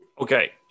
Okay